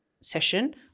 session